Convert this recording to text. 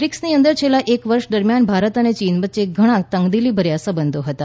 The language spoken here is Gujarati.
બ્રિક્સની અંદર છેલ્લા એક વર્ષ દરમિયાન ભારત અને ચીન વચ્ચે ઘણા તંગદિલીભર્યા સંબંધો હતા